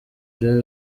vya